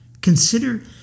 Consider